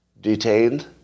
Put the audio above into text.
Detained